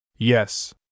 Yes